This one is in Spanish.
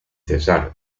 cesar